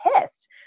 pissed